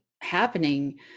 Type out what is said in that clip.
happening